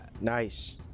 Nice